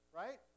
right